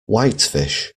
whitefish